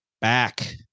back